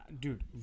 Dude